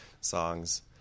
songs